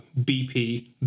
BP